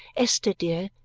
esther, dear,